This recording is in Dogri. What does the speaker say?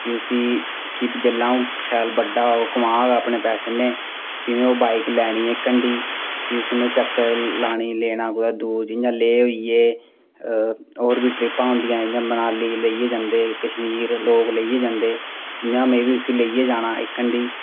की उसी जेल्लै अ'ऊं शैल बड़ा होग कमाग अपने पैसे नै भी में ओह् बाइक लैनी ऐ भी उसी में चक्कर लाने ई लेना कुदै दूर जि'यां लेह् होई ए और बी ट्रिपां होंदियां जि'यां मनाली लेई जंदे कश्मीर लोक लेइयै जंदे में बी उसी लेइयै जाना